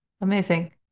Amazing